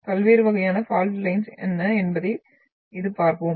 பல்வேறு வகையான fault lines என்ன என்பதை இது பார்ப்போம்